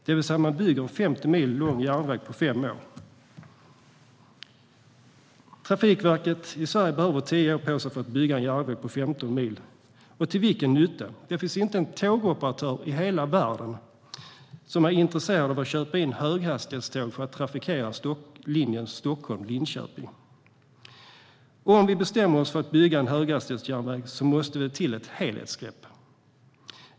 Man bygger alltså en 50 mil lång järnväg på fem år. Trafikverket i Sverige behöver tio år på sig för att bygga en järnväg på 15 mil. Till vilken nytta? Det finns inte en tågoperatör i hela världen som är intresserad av att köpa in höghastighetståg för att trafikera sträckan Stockholm-Linköping. Om vi bestämmer oss för att bygga en höghastighetsjärnväg måste det till ett helhetsgrepp.